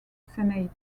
senate